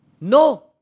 No